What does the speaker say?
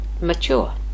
mature